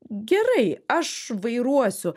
gerai aš vairuosiu